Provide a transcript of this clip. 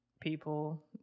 people